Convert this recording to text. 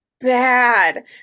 bad